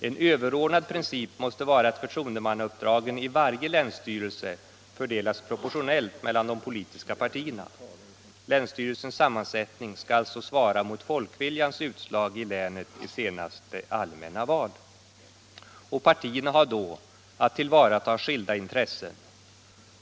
En överordnad In princip måste vara att förtroendemannauppdragen i varje länsstyrelse för — Regional samhällsdelas proportionellt mellan de politiska partierna. Länsstyrelsens sam = förvaltning mansättning skall alltså svara mot folkviljans utslag i länet vid senaste allmänna val. Partierna har då att tillvarata skilda intressen.